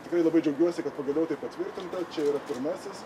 tikrai labai džiaugiuosi kad pagaliau tai patvirtinta čia yra pirmasis